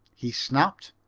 he snapped.